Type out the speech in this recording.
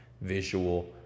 visual